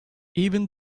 even